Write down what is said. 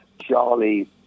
Charlie